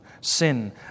sin